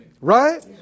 right